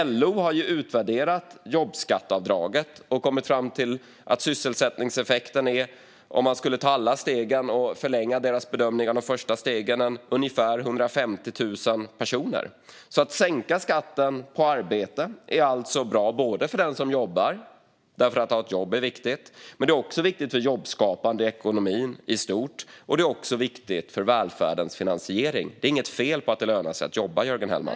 LO har utvärderat jobbskatteavdraget och kommit fram till att sysselsättningseffekten, om man skulle förlänga deras bedömning av de första stegen och ta alla steg, är ungefär 150 000 personer. Att sänka skatten på arbete är alltså bra för den som jobbar eftersom det är viktigt att ha ett jobb. Det är också viktigt för jobbskapande i ekonomin i stort, och det är viktigt för välfärdens finansiering. Det är inte fel att det lönar sig att jobba, Jörgen Hellman.